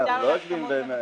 הוועדה.